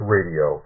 Radio